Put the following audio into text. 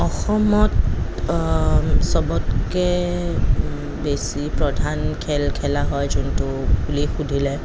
অসমত চবতকৈ বেছি প্ৰধান খেল খেলা হয় যোনটো বুলি সুধিলে